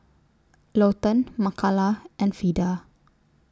Lawton Makala and Vida